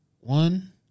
One